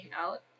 out